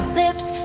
lips